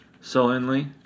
sullenly